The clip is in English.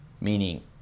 meaning